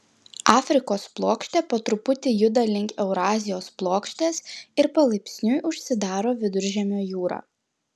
afrikos plokštė po truputį juda link eurazijos plokštės ir palaipsniui užsidaro viduržemio jūra